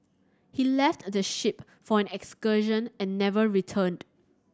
he left the ship for an excursion and never returned